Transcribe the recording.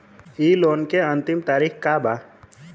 इ लोन के अन्तिम तारीख का बा?